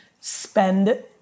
spend